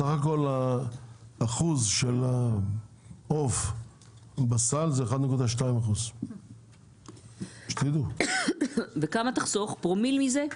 סך הכל האחוז של העוף בסל זה 1.2%. וכמה תחסוך פרומיל מזה?